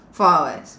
four hours